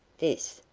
this,